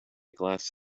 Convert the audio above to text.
glass